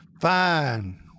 fine